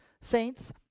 saints